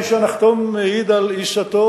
כפי שהנחתום מעיד על עיסתו,